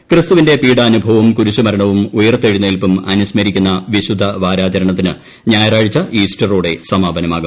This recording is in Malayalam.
ക്രിസ്തുവിന്റെ പീഡാനുഭൂപ്പും കുരിശുമരണവും ഉയർത്തെഴുന്നേൽപ്പൂർ അനുസ്മരിക്കുന്ന വിശുദ്ധ വാരാചരണത്തിന് ഞാ്യറാഴ്ച ഈസ്റ്ററോടെ സമാപനമാകും